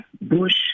bush